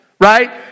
right